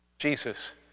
Jesus